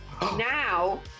Now